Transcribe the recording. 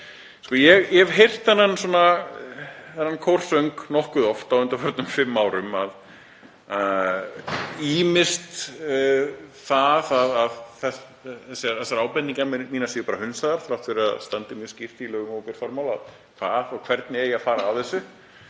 Ég hef heyrt þennan kórsöng nokkuð oft á undanförnum fimm árum. Ýmist eru þessar ábendingar mínar bara hunsaðar þrátt fyrir að það standi mjög skýrt í lögum um opinber fjármál hvað og hvernig eigi að fara að þessu,